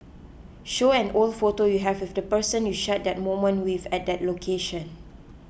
show an old photo you have with the person you shared that moment with at that location